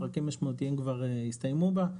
פרקים משמעותיים כבר הסתיימו בה.